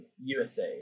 USA